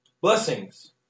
Blessings